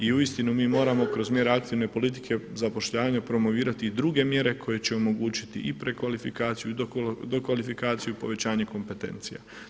I uistinu mi moramo kroz mjere aktivne politike zapošljavanja promovirati i druge mjere koje će omogućiti i prekvalifikaciju, i dokvalifikaciju i povećanje kompetencija.